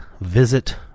visit